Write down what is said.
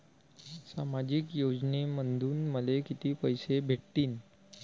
सामाजिक योजनेमंधून मले कितीक पैसे भेटतीनं?